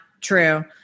true